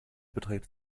beträgt